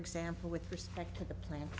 example with respect to the plants